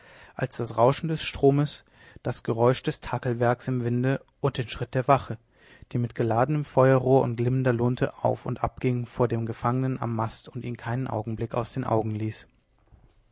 als das rauschen des stromes das geräusch des takelwerks im winde und den schritt der wache die mit geladenem feuerrohr und glimmender lunte auf und ab ging vor dem gefangenen am mast und ihn keinen augenblick aus den augen ließ